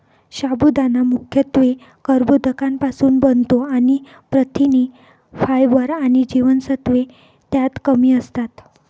साबुदाणा मुख्यत्वे कर्बोदकांपासुन बनतो आणि प्रथिने, फायबर आणि जीवनसत्त्वे त्यात कमी असतात